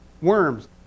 Worms